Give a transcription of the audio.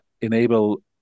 enable